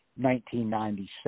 1997